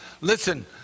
Listen